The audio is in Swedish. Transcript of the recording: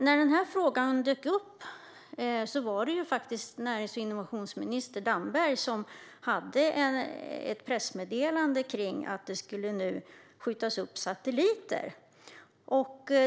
När denna fråga dök upp var det faktiskt närings och innovationsminister Damberg som hade ett pressmeddelande om att det skulle skjutas upp satelliter.